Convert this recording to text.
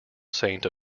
saint